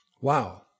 Wow